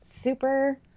super